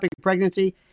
pregnancy